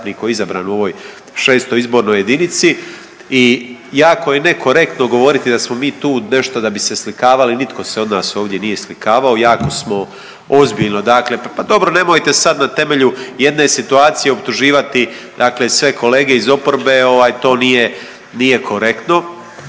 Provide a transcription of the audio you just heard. koji je izabran u ovoj 6. izbornoj jedinici i jako je nekorektno govoriti da smo mi tu nešto da bi se slikavali, nitko se od nas ovdje nije slikavao, jako smo ozbiljno dakle, pa dobro nemojte sad na temelju jedne situacije optuživati dakle sve kolege iz oporbe, ovaj, to nije korektno,